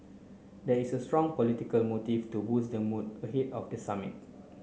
there is a strong political motive to boost the mood ahead of the summit